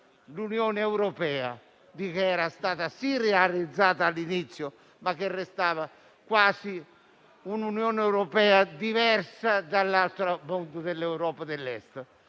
l'Unione europea, che era stata realizzata all'inizio, ma che restava un'Unione europea diversa dall'altra, quella dell'Europa dell'Est.